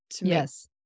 yes